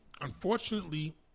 Unfortunately